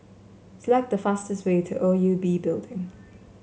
select the fastest way to O U B Building